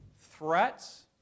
threats